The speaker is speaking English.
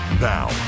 Now